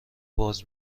باز